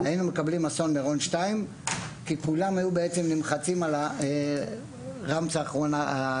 היינו מקבלים אסון מירון 2 כי כולם היו נמחצים על הרמפה התחתונה.